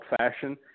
fashion